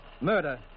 Murder